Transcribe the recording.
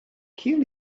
kill